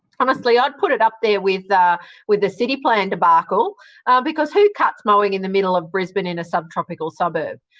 honestly, i'd put it up there with the with the city plan debacle because who cuts mowing in the middle of brisbane in a subtropical suburb?